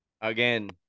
again